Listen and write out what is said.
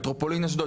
מטרופולין אשדוד.